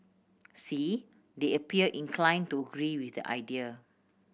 see they appear inclined to agree with the idea